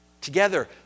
Together